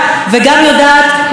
כאשר נעשה את זה,